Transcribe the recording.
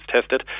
tested